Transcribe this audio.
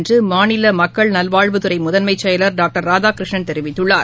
என்றுமாநிலமக்கள் நல்வாழ்வுத்துறைமுதன்மைச்செயலர் டாக்டர் ராதாகிருஷ்ணன் தெரிவித்துள்ளார்